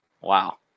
Wow